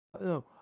No